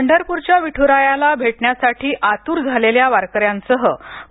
पंढरपूरच्या विठूरायाला भेटण्यासाठी आतूर झालेल्या वारकऱ्यांसह